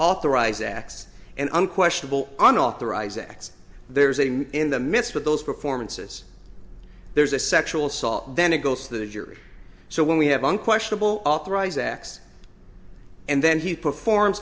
authorize acts and unquestionable unauthorized acts there's a mood in the midst of those performances there's a sexual assault then it goes to the jury so when we have unquestionable authorize acts and then he performs